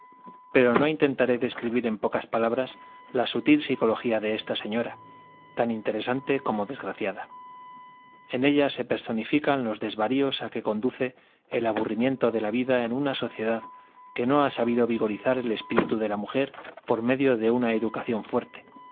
pero no intentaré describir en pocas palabras la sutil psicología de esta señora tan interesante como desgraciada en ella se personifican los desvaríos a que conduce el aburrimiento de la vida en una sociedad que no ha sabido vigorizar el espíritu de la mujer por medio de una educación fuerte